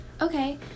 Okay